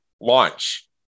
launch